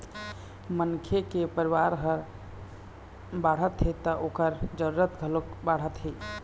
मनखे के परिवार ह बाढ़त हे त ओखर जरूरत घलोक बाढ़त हे